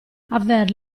aver